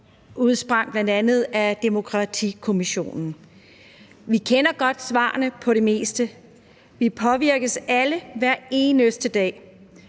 udsprang bl.a. af Demokratikommissionen. Vi kender godt svarene på det meste. Vi påvirkes alle hver eneste dag